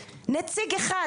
2022,